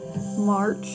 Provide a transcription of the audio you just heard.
March